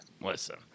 listen